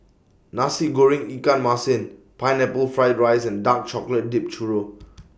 Nasi Goreng Ikan Masin Pineapple Fried Rice and Dark Chocolate Dipped Churro